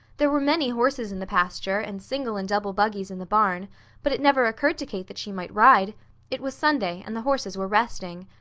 there were many horses in the pasture and single and double buggies in the barn but it never occurred to kate that she might ride it was sunday and the horses were resting.